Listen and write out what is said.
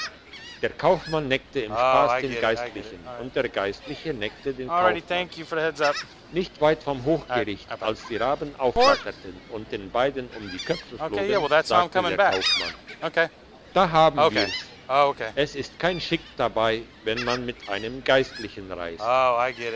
der kaufmann neckte im spass den geistlichen und der geistliche neckte den kaufmann nicht weit von dem hochgericht als die raben aufflatterten und den beiden um die köpfe flogen sagte der kaufmann da haben wir's es ist kein schick dabei wenn man mit einem geistlichen reist